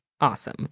awesome